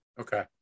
Okay